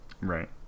right